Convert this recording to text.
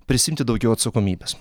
prisiimti daugiau atsakomybės